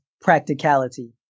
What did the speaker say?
practicality